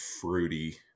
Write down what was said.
fruity